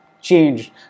changed